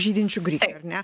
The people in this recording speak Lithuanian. žydinčių grikių ar ne